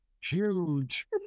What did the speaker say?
huge